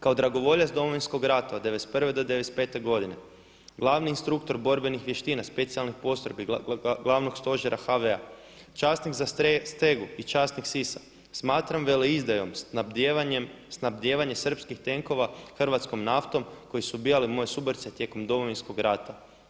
Kao dragovoljac Domovinskog rata od '91. do '95. godine glavni instruktor borbenih vještina Specijalnih postrojbi glavnog stožera HV-a časnik za stegu i časnik SIS-a smatram veleizdajom snabdijevanje srpskih tenkova hrvatskom naftom koji su ubijali moje suborce tijekom Domovinskog rata.